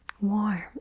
Warm